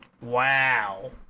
Wow